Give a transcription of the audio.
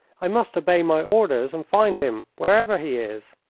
i must obey my orders and find him whereever he is.